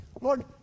Lord